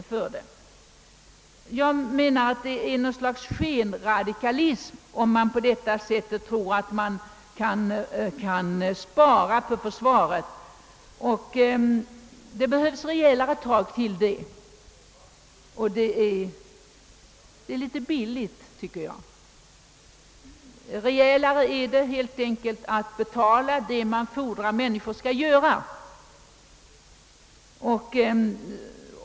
Jag anser att det är något slags skenradikalism om man tror att man på detta sätt kan spara på försvaret. Det behövs rejälare tag för att spara och jag anser att reservanternas ställningstagande är litet billigt. Det är rejälare att helt enkelt betala det man fordrar att människor skall göra.